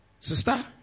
Sister